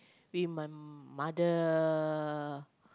with my mother